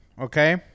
Okay